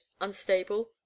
Unstable